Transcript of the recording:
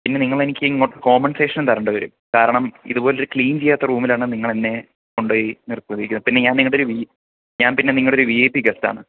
പിന്നെ നിങ്ങൾ എനിക്ക് ഇങ്ങോട്ട് കോമ്പൻസേഷൻ തരേണ്ടിവരും കാരണം ഇതുപോലെ ഒരു ക്ലീൻ ചെയ്യാത്ത റൂമിലാണ് നിങ്ങളെന്നെ കൊണ്ടുപോയി നിർത്തിയിരിക്കുന്നത് പിന്നെ ഞാൻ നിങ്ങളുടെ ഒരു ഞാൻ പിന്നെ നിങ്ങളുടെ ഒരു വി ഐ പി ഗെസ്റ്റാണ്